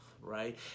right